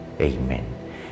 Amen